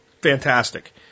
fantastic